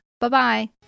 Bye-bye